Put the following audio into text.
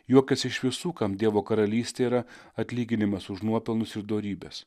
juokiasi iš visų kam dievo karalystė yra atlyginimas už nuopelnus ir dorybes